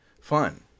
fun